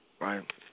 Right